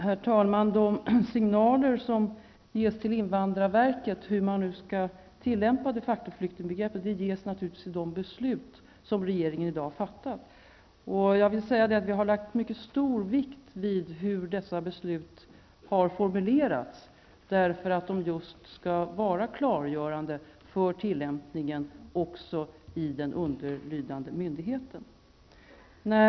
Herr talman! Signalerna till invandrarverket om hur man skall tillämpa de facto-flyktingbegreppet ges naturligtvis i de beslut som regeringen i dag har fattat. Vi har lagt mycket stor vikt vid hur dessa beslut har formulerats, just för att de skall vara klargörande för tillämpningen också i den underlydande myndigheten.